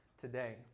today